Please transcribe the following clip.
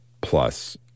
Plus